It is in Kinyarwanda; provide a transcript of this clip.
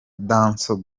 dancehall